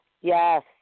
Yes